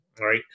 right